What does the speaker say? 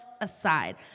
aside